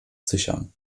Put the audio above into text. sichern